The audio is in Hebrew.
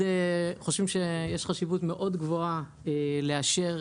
חושבים שיש חשיבות מאוד גבוהה לאשר